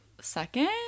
second